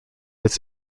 its